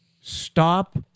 Stop